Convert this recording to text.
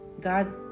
God